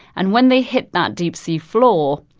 and when they hit that deep-sea floor,